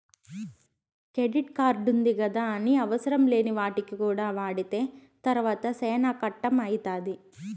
credit కార్డుంది గదాని అవసరంలేని వాటికి కూడా వాడితే తర్వాత సేనా కట్టం అయితాది